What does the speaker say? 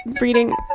reading